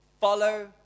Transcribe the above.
Follow